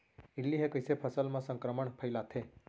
इल्ली ह कइसे फसल म संक्रमण फइलाथे?